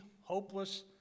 hopeless